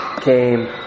came